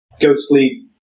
ghostly